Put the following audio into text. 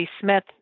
Smith